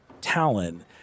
Talon